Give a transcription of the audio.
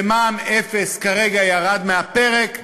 שמע"מ אפס כרגע ירד מהפרק.